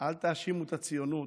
אל תאשימו את הציונות.